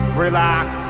relax